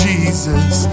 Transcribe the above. Jesus